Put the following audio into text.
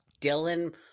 Dylan